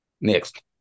Next